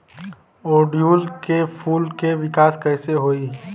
ओड़ुउल के फूल के विकास कैसे होई?